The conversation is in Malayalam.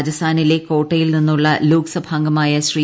രാജസ്ഥാനിലെ കോട്ടയിൽ നിന്നുള്ള ലോക്സഭാംഗമായ ശ്രീ